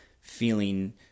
feeling